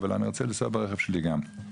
אבל אני רוצה לנסוע ברכב שלי גם.